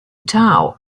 tow